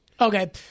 Okay